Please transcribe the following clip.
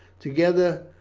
together,